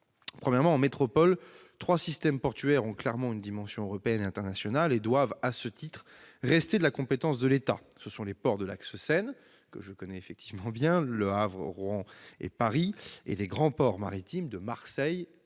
se dégagent. En métropole, trois systèmes portuaires ont clairement une dimension européenne et internationale et doivent, à ce titre, rester de la compétence de l'État. Ce sont les ports de l'axe Seine- Le Havre, Rouen et Paris -et les grands ports maritimes de Marseille